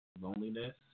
loneliness